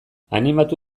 animatu